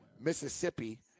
Mississippi